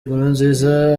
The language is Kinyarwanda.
nkurunziza